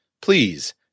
Please